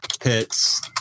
pits